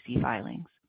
filings